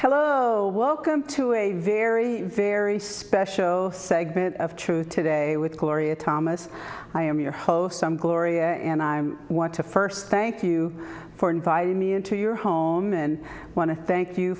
hello welcome to a very very special segment of truth today with gloria thomas i am your host some gloria and i want to first thank you for inviting me into your home and i want to thank you